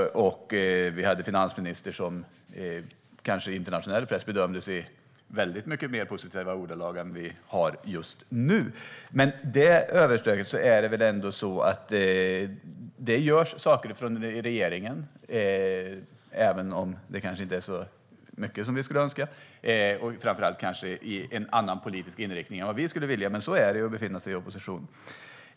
Vi hade en finansminister som i internationell press bedömdes i väldigt mycket mer positiva ordalag än den vi har just nu. Med det sagt är det ändå så att det görs saker från regeringen, även om det inte är så mycket som vi skulle önska. Framför allt har det som görs en annan politisk inriktning än vad vi skulle vilja, men så är det att befinna sig i opposition.